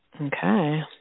Okay